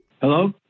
Hello